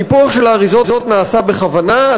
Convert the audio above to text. הניפוח של האריזות נעשה בכוונה,